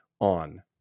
On